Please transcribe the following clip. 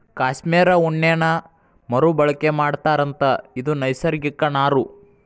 cashmere ಉಣ್ಣೇನ ಮರು ಬಳಕೆ ಮಾಡತಾರಂತ ಇದು ನೈಸರ್ಗಿಕ ನಾರು